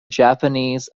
japanese